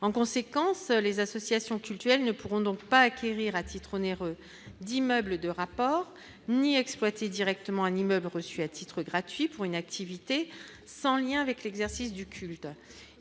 en conséquence les associations cultuelles ne pourront donc pas acquérir à titre onéreux d'immeubles de rapport ni exploiter directement un immeuble reçu à titre gratuit pour une activité sans lien avec l'exercice du culte,